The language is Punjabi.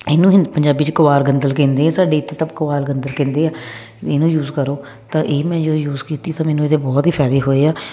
ਇਹਨੂੰ ਪੰਜਾਬੀ 'ਚ ਕੁਆਰ ਗੰਦਲ ਕਹਿੰਦੇ ਆ ਸਾਡੀ ਇੱਥਏ ਤਾਂ ਕੁਆਰ ਗੰਦਲ ਕਹਿੰਦੇ ਆ ਇਹਨੂੰ ਯੂਜ ਕਰੋ ਤਾਂ ਇਹ ਮੈਂ ਜਦੋਂ ਯੂਜ ਕੀਤੀ ਤਾਂ ਮੈਨੂੰ ਇਹਦੇ ਬਹੁਤ ਹੀ ਫਾਇਦੇ ਹੋਏ ਆ